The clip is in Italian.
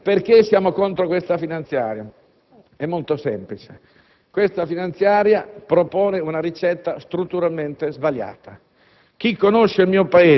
Presidente, perché siamo contro questa finanziaria? Il motivo è molto semplice: questa finanziaria propone una ricetta strutturalmente sbagliata.